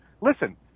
listen